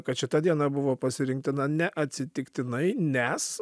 kad šita diena buvo pasirinktina neatsitiktinai nes